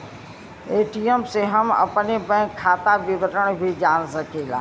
ATM से हम अपने बैंक खाता विवरण भी जान सकीला